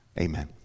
amen